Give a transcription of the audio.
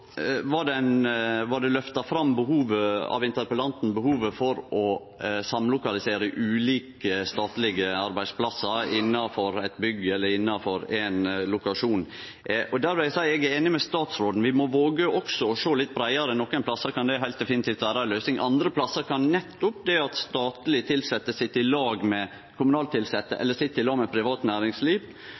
løfta fram behovet for å samlokalisere ulike statlege arbeidsplassar innanfor eit bygg eller innanfor ei lokalisering. Der vil eg seie eg er einig med statsråden i at vi må våge også å sjå litt breiare. Nokon plassar kan det heilt definitivt vere ei løysing, andre plassar kan nettopp det at statleg tilsette sit i lag med kommunalt tilsette eller sit i lag med privat næringsliv,